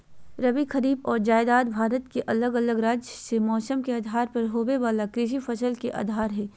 रबी, खरीफ आर जायद भारत के अलग अलग राज्य मे मौसम के आधार पर होवे वला कृषि फसल के प्रकार हय